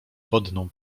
wodną